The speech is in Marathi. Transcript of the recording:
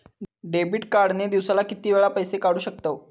डेबिट कार्ड ने दिवसाला किती वेळा पैसे काढू शकतव?